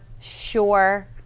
sure